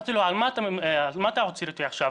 אמרתי לו 'על מה אתה עוצר אותי עכשיו,